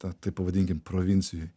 tą taip pavadinkim provincijoj